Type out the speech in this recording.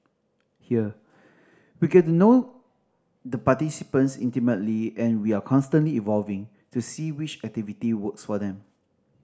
here we get to know the participants intimately and we are constantly evolving to see which activity works for them